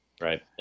right